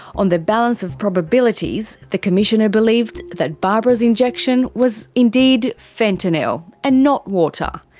on the balance of probabilities the commissioner believed that barbara's injection was indeed fentanyl and not water.